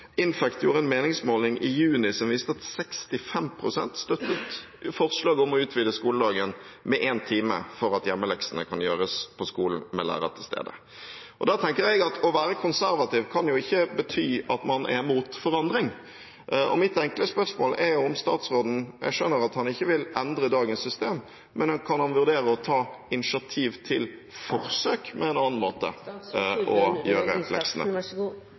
Infact gjorde en meningsmåling i juni som viste at 65 pst. støttet forslaget om å utvide skoledagen med 1 time for at hjemmeleksene kan gjøres på skolen med lærer til stede. Jeg tenker at det å være konservativ kan ikke bety at man er mot forandring. Mitt enkle spørsmål er om statsråden – jeg skjønner at han ikke vil endre dagens system – vil vurdere å ta initiativ til forsøk med en annen måte å gjøre leksene